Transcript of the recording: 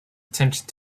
attention